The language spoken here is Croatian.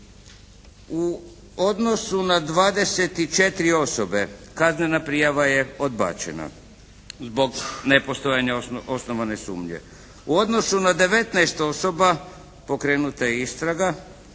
U odnosu na 24 osobe kaznena prijava je odbačena zbog nepostojanja osnovane sumnje. U odnosu na 19 osoba pokrenuta je istraga,